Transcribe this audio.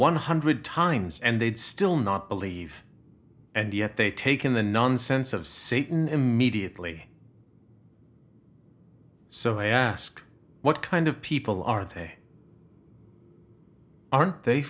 one hundred times and they'd still not believe and yet they take in the nonsense of satan immediately so i ask what kind of people are they aren't they